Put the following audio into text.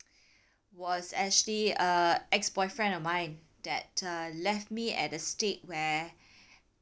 was actually a ex-boyfriend of mine that uh left me at a state where